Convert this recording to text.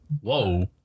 whoa